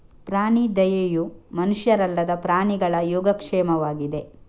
ಪ್ರಾಣಿ ದಯೆಯು ಮನುಷ್ಯರಲ್ಲದ ಪ್ರಾಣಿಗಳ ಯೋಗಕ್ಷೇಮವಾಗಿದೆ